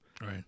Right